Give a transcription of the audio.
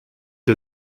der